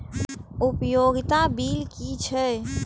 उपयोगिता बिल कि छै?